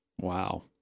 Wow